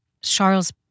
Charles